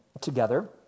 together